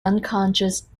unconscious